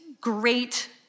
great